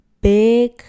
big